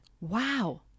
Wow